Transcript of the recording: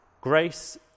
Grace